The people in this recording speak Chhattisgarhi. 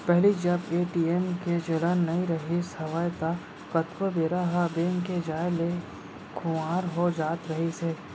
पहिली जब ए.टी.एम के चलन नइ रिहिस हवय ता कतको बेरा ह बेंक के जाय ले खुवार हो जात रहिस हे